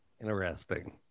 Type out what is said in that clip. interesting